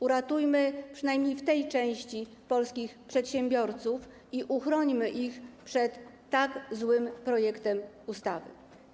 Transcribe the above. Uratujmy przynajmniej w tej części polskich przedsiębiorców i uchrońmy ich przed tak złym projektem ustawy.